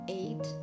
eight